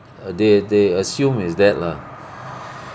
uh they they assume is that lah